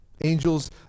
angels